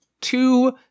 two